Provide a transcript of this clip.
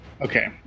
okay